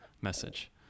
message